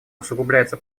усугубляется